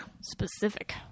specific